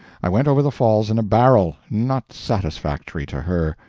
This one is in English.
i went over the falls in a barrel not satisfactory to her.